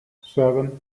seven